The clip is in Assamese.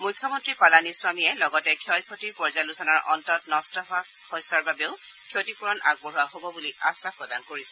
মুখ্যমন্ত্ৰী পালানিস্বামীয়ে লগতে ক্ষয় ক্ষতিৰ পৰ্যালোচনাৰ অন্তত নষ্ট হোৱা শস্যৰ বাবেও ক্ষতিপুৰণ আগবঢ়োৱা হ'ব বুলি আখাস প্ৰদান কৰিছে